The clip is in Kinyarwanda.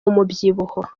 umubyibuho